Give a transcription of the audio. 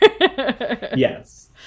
Yes